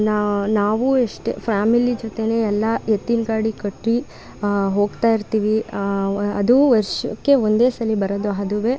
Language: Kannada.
ನಾ ನಾವೂ ಎಷ್ಟೇ ಫ್ಯಾಮಿಲಿ ಜೊತೆಲೇ ಎಲ್ಲ ಎತ್ತಿನ ಗಾಡಿ ಕಟ್ಟಿ ಹೋಗ್ತಾ ಇರ್ತೀವಿ ಅದು ವರ್ಷಕ್ಕೆ ಒಂದೇ ಸಲ ಬರೋದು ಅದುವೇ